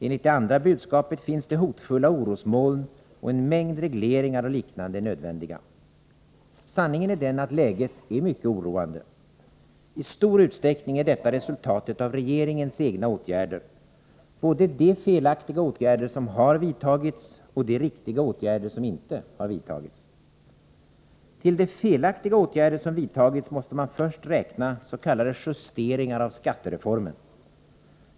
Enligt det andra budskapet finns det hotfulla orosmoln, och en mängd regleringar och liknande är nödvändiga. : Sanningen är den att läget är mycket oroande. I stor utsträckning är detta resultatet av regeringens egna åtgärder — både de felaktiga åtgärder som har vidtagits och det förhållandet att riktiga åtgärder inte har vidtagits. Till de felaktiga åtgärder som vidtagits måste man först räkna s.k. justeringar av skattereformen.